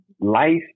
life